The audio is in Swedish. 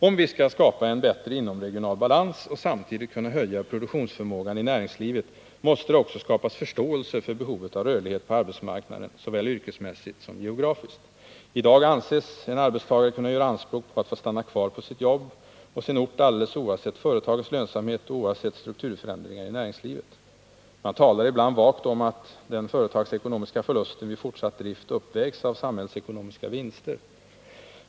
Om vi skall skapa en bättre inomregional balans och samtidigt kunna höja produktionsförmågan i näringslivet, måste det också skapas förståelse för behovet av rörlighet på arbetsmarknaden — såväl yrkesmässigt som geografiskt. I dag anses en arbetstagare kunna göra anspråk på att få stanna kvar på sitt jobb och sin ort alldeles oavsett företagets lönsamhet och oavsett struktruförändringar i näringslivet. Man talar ibland vagt om att den företagsekonomiska förlusten vid fortsatt drift uppvägs av samhällsekonomiska vinster.